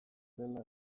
zela